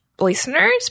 listeners